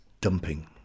dumping